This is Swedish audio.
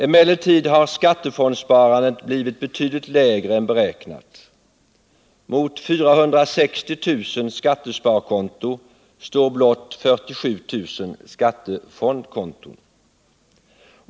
Emellertid har skattefondsparandet blivit betydligt lägre än beräknat — mot 460 000 skattesparkonton står blott 47 000 skattefondkonton.